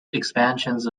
expansions